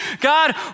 God